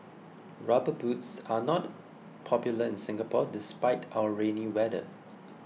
rubber boots are not popular in Singapore despite our rainy weather